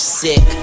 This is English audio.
sick